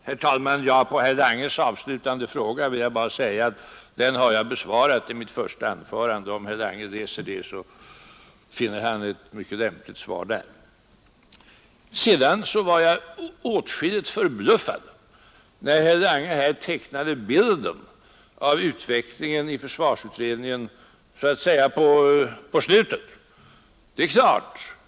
Herr talman! Med anledning av herr Langes avslutande fråga vill jag bara säga att den har jag besvarat i mitt första anförande. Om herr Lange läser det, finner han ett mycket lämpligt svar där. 59 Jag blev åtskilligt förbluffad, när herr Lange tecknade bilden av utvecklingen i försvarsutredningen på slutet.